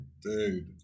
Dude